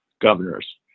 governors